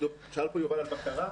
שאל פה יובל על בקרה,